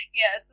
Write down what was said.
yes